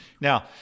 Now